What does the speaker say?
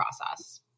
process